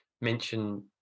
mention